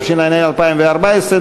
התשע"ה 2014,